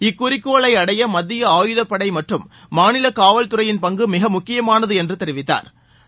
இக்குறிக்கோளை அடைய மத்திய ஆயுதப்படை மற்றும் மாநில காவல் துறையின் பங்கு மிக முக்கியமானது என்று தெரிவித்தாா்